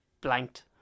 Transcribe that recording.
blanked